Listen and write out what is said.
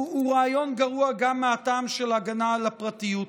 רעיון גרוע גם מהטעם של הגנה על הפרטיות.